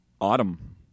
autumn